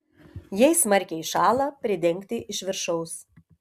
jei smarkiai šąla pridengti iš viršaus